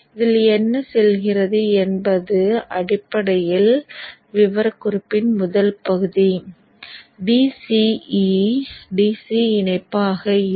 இதில் என்ன செல்கிறது என்பது அடிப்படையில் விவரக்குறிப்பின் முதல் பகுதி Vce DC இணைப்பாக இருக்கும்